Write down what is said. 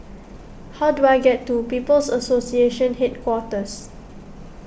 how do I get to People's Association Headquarters